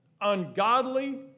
ungodly